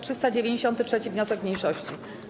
393. wniosek mniejszości.